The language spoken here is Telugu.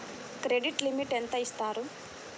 క్రెడిట్ లిమిట్ ఎంత ఇస్తారు?